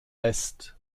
lässt